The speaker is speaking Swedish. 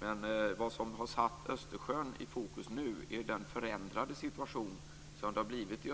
Men vad som nu har satt Östersjön i fokus är den förändrade situation som det blivit i